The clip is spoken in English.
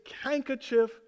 handkerchief